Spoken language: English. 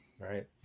Right